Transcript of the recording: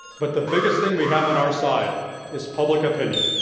but the biggest thing we have on our side is public opinion.